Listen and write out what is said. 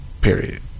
period